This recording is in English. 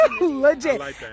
Legit